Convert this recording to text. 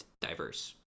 diverse